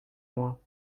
moi